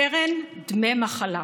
קרן דמי מחלה.